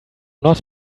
not